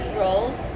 rolls